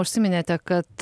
užsiminėte kad